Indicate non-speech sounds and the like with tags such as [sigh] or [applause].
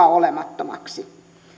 [unintelligible] olemattomaksi